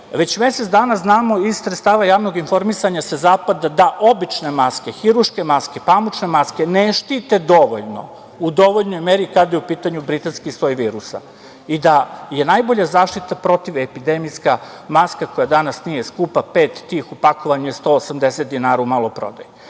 već mesec dana znamo iz sredstava javnog informisanja sa Zapada da obične maske, hirurške maske, pamučne maske ne štite u dovoljnoj meri kada je u pitanju britanski soj virusa i da je najbolja zaštita protivepidemijska maska koja danas nije skupa, pet tih u pakovanju je 180,00 dinara u maloprodaji. Znači,